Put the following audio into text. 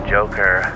Joker